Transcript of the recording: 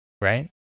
Right